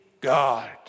God